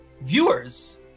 viewers